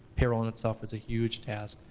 payroll in itself is a huge task.